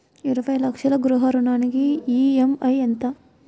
ఇరవై లక్షల గృహ రుణానికి ఈ.ఎం.ఐ ఎంత?